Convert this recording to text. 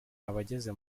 abageze